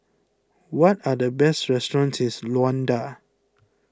what are the best restaurants Luanda